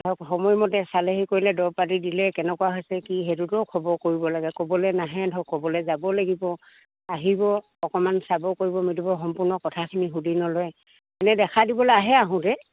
ধৰক সময়মতে চালেহি কৰিলে দৰৱ পাতি দিলে কেনেকুৱা হৈছে কি সেইটোতো খবৰ কৰিব লাগে ক'বলে নাহে ধৰক ক'বলে যাব লাগিব আহিব অকমান চাব কৰিব মেলিব সম্পূৰ্ণ কথাখিনি সুধি নলয় এনে দেখা দিবলে আহে আহোঁতে